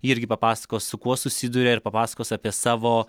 irgi papasakos su kuo susiduria ir papasakos apie savo